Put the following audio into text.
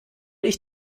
ich